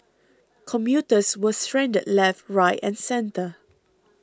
commuters were stranded left right and centre